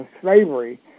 slavery